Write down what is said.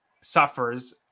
suffers